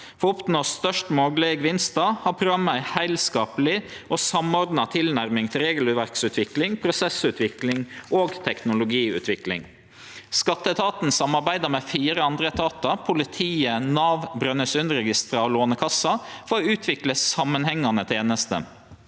For å oppnå størst moglege gevinstar har programmet ei heilskapleg og samordna tilnærming til regelverksutvikling, prosessutvikling og teknologiutvikling. Skatteetaten samarbeider med fire andre etatar, politiet, Nav, Brønnøysundregistera og Lånekassa, for å utvikle samanhengande tenester.